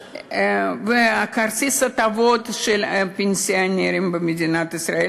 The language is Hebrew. כרטיס ההטבות של הפנסיונרים במדינת ישראל,